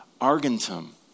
argentum